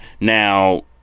Now